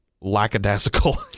lackadaisical